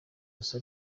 gusa